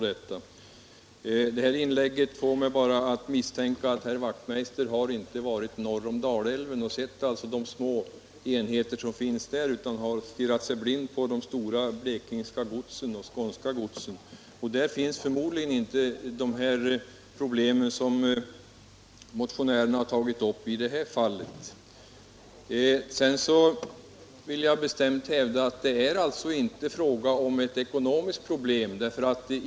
Det här inlägget får mig att misstänka att herr Wachtmeister i Johannishus inte varit norr om Dalälven och sett de små enheter som finns där utan att han stirrat sig blind på de blekingska och skånska godsen. Där finns förmodligen inte de problem som motionärerna här berört. Sedan vill jag bestämt hävda att det här inte är fråga om något ekonomiskt problem.